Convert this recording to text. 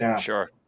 Sure